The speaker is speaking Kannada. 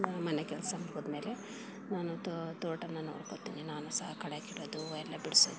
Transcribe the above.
ನಾನು ಮನೆ ಕೆಲಸ ಮುಗಿದ್ಮೇಲೆ ನಾನು ತೋಟವನ್ನು ನೋಡ್ಕೊಳ್ತೀನಿ ನಾನು ಸಹ ಕಳೆ ಕೀಳೋದು ಎಲ್ಲ ಬಿಡಿಸೋದು